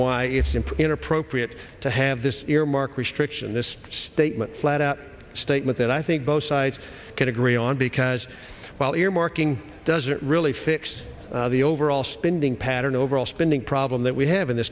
why it's in inappropriate to have this earmark restriction this statement flat out statement that i think both sides can agree on because while earmarking doesn't really fix the overall spending pattern overall spending problem that we have in th